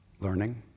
learning